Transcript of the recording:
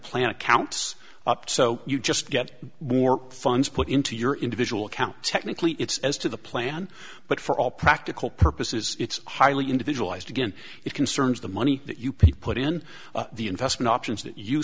plan accounts up so you just get more funds put into your individual account technically it's as to the plan but for all practical purposes it's highly individualized again it concerns the money you people in the investment options that you